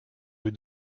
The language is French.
rue